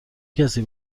کسی